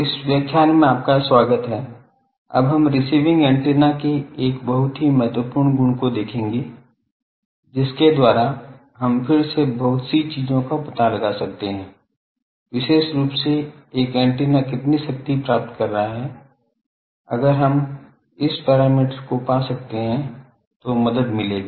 इस व्याख्यान में आपका स्वागत है अब हम रिसीविंग ऐन्टेना के एक बहुत ही महत्वपूर्ण गुण को देखेंगे जिसके द्वारा हम फिर से बहुत सी चीजों का पता लगा सकते हैं विशेष रूप से एक एंटीना कितनी शक्ति प्राप्त कर रहा है अगर हम इस पैरामीटर को पा सकते हैं तो मदद मिलेगी